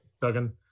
Duggan